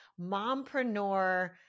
mompreneur